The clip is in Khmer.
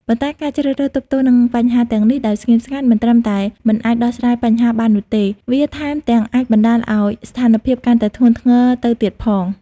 ប៉ុន្តែការជ្រើសរើសទប់ទល់នឹងបញ្ហាទាំងនេះដោយស្ងៀមស្ងាត់ មិនត្រឹមតែមិនអាចដោះស្រាយបញ្ហាបាននោះទេ វាថែមទាំងអាចបណ្តាលឲ្យស្ថានភាពកាន់តែធ្ងន់ធ្ងរទៅទៀតផង។